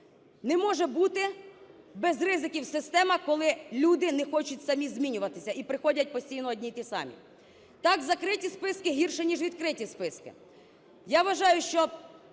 Не може бути без ризиків система, коли люди не хочуть самі змінюватися, і приходять постійно одні й ті самі. Так, закриті списки гірше, ніж відкриті списки. Я вважаю, що